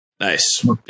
Nice